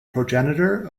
progenitor